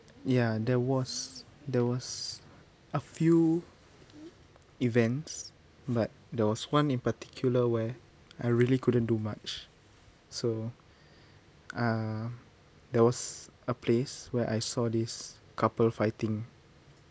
ya there was there was a few events but there was one in particular where I really couldn't do much so uh there was a place where I saw this couple fighting